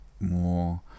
more